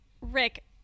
rick